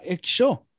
Sure